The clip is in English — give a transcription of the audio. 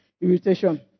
irritation